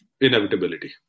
inevitability